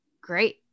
Great